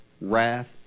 wrath